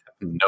No